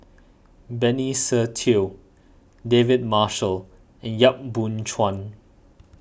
Benny Se Teo David Marshall and Yap Boon Chuan